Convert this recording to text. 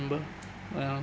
remember ya